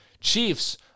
Chiefs